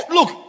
Look